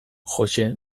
joxe